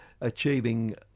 achieving